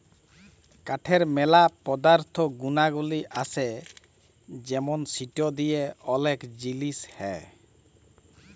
কাঠের ম্যালা পদার্থ গুনাগলি আসে যেমন সিটো দিয়ে ওলেক জিলিস হ্যয়